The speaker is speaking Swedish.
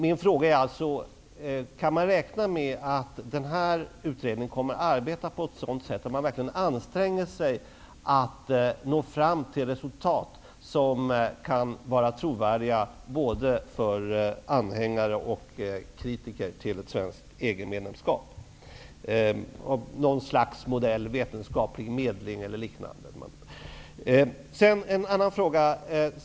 Min fråga är alltså: Kan man räkna med att den här utredningen verkligen kommer att anstränga sig att nå fram till resultat som kan vara trovärdiga både för anhängare och för kritiker av ett svenskt EG medlemskap? Det kan gälla något slags modell, vetenskaplig medling e.d.